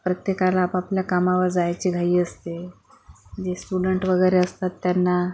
प्रत्येकाला आपापल्या कामावर जायची घाई असते जे स्टुडन्ट वगैरे असतात त्यांना